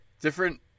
different